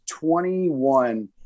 21